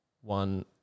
One